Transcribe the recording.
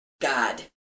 God